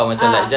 ah